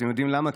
אתם יודעים למה?